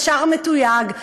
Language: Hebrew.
ישר מתויג,